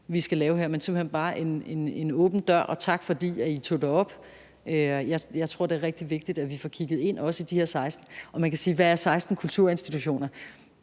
vi skal lave her. Der er simpelt hen bare en åben dør, og tak, fordi Venstre tog det op. Jeg tror, det er rigtig vigtigt, at vi får kigget på de her 16 kulturinstitutioner. Og man kan sige: Hvad er 16 kulturinstitutioner?